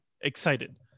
excited